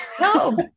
No